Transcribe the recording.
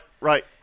right